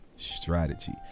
strategy